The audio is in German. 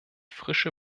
frische